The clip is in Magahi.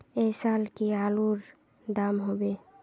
ऐ साल की आलूर र दाम होबे?